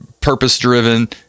purpose-driven